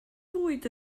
fwyd